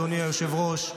אדוני היושב-ראש,